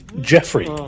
Jeffrey